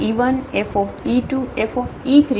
Fe1Fe2Fe3Fe4